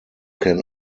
can